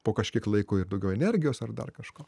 po kažkiek laiko ir daugiau energijos ar dar kažko